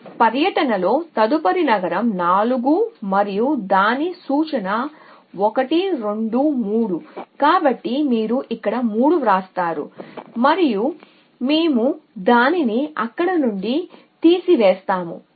మీ పర్యటనలో తదుపరి నగరం 4 మరియు దాని సూచన 1 2 3 కాబట్టి మీరు ఇక్కడ 3 వ్రాస్తారు మరియు మేము దానిని అక్కడి నుండి తీసివేస్తాము